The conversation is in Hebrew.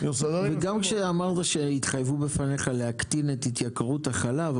גם כשאמרת שהתחייבו בפניך להקטין את התייקרות החלב,